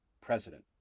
president